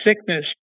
sickness